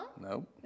Nope